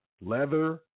leather